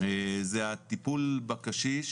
זה הטיפול בקשיש